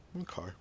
Okay